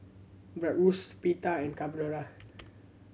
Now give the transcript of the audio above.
Bratwurst Pita and Carbonara